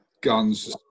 Guns